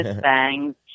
bangs